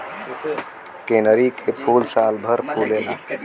कनेरी के फूल सालभर फुलेला